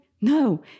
no